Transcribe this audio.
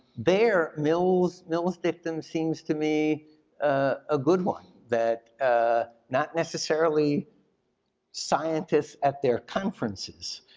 there mill's mill's victim seems to me a good one that ah not necessarily scientists at their conferences